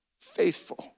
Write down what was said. faithful